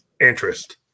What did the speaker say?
interest